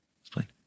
explain